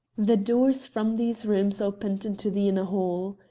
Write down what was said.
the doors from these rooms opened into the inner hall.